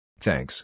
Thanks